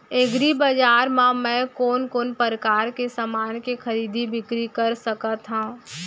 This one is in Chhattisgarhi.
एग्रीबजार मा मैं कोन कोन परकार के समान के खरीदी बिक्री कर सकत हव?